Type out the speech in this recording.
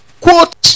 quote